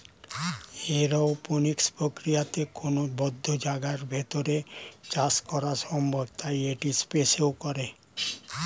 aeroponics প্রক্রিয়াতে কোনো বদ্ধ জায়গার ভেতর চাষ করা সম্ভব তাই এটি স্পেসেও করে